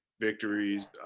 victories